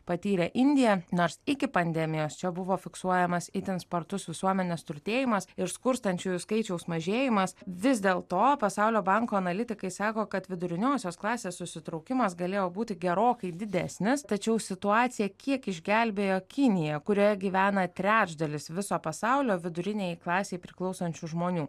patyrė indija nors iki pandemijos čia buvo fiksuojamas itin spartus visuomenės turtėjimas ir skurstančiųjų skaičiaus mažėjimas vis dėlto pasaulio banko analitikai sako kad viduriniosios klasės susitraukimas galėjo būti gerokai didesnis tačiau situaciją kiek išgelbėjo kinija kurioje gyvena trečdalis viso pasaulio vidurinei klasei priklausančių žmonių